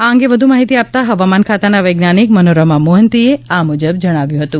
આ અંગે વધુ માહિતી આપતા હવામાન ખાતાના વૈજ્ઞાનિક મનોરમા મોહંતીએ આ મુજબ જણાવ્યું હતું